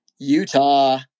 Utah